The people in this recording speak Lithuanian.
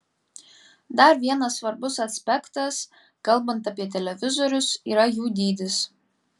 dar vienas svarbus aspektas kalbant apie televizorius yra jų dydis